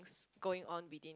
going on within yours